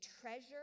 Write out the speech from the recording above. treasure